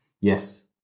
Yes